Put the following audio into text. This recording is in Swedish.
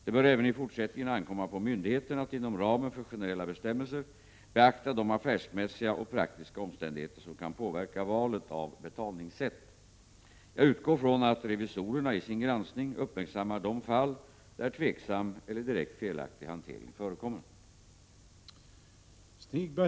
Det bör även i fortsättningen ankomma på myndigheterna att inom ramen för generella bestämmelser beakta de affärsmässiga och praktiska omständigheter som kan påverka valet av betalningssätt. Jag utgår ifrån att revisorerna i sin granskning uppmärksammar de fall där tveksam eller direkt felaktig hantering förekommer.